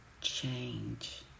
change